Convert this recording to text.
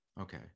okay